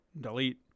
Delete